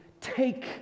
take